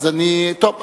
טוב,